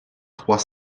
trois